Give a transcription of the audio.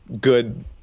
good